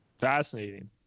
fascinating